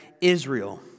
Israel